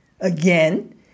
Again